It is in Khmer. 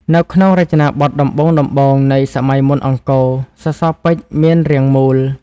នៅក្នុងរចនាបថដំបូងៗនៃសម័យមុនអង្គរ សសរពេជ្រមានរាងមូល។